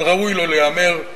אבל ראוי לו להיאמר,